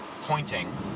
pointing